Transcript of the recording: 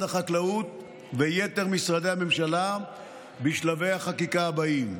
החקלאות ויתר משרדי הממשלה בשלבי החקיקה הבאים.